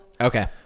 Okay